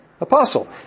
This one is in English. Apostle